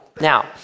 Now